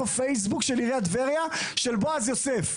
הפייסבוק של עיריית טבריה של בועז יוסף.